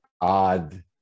odd